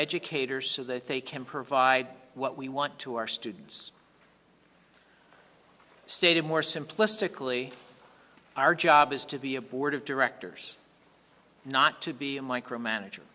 educators so that they can provide what we want to our students stated more simplistically our job is to be a board of directors not to be a micromanage